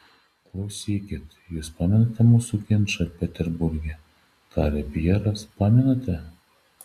klausykit jus pamenate mūsų ginčą peterburge tarė pjeras pamenate